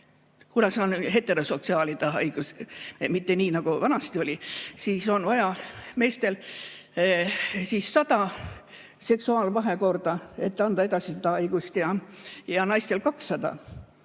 kuna see on heteroseksuaalide haigus, mitte nii nagu vanasti oli, siis on vaja meestel 100 seksuaalvahekorda, et anda edasi seda haigust, naistel 200. Vaata